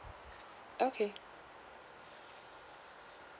okay